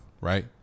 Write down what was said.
Right